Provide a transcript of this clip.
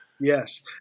Yes